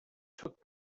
took